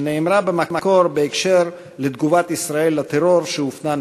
שנאמרה במקור בהקשר של תגובת ישראל על טרור שהופנה נגדה.